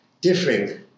differing